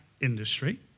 industry